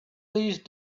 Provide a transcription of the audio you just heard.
these